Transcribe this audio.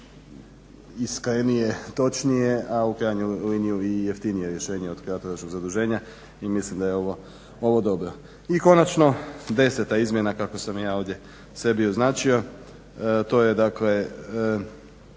iskrenije, točnije a u krajnjoj liniji i jeftinije rješenje od kratkoročnog zaduženja. I mislim da je ovo dobro. I konačno 10 izmjena kako sam je ja ovdje sebi označio to je dakle